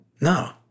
No